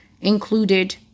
included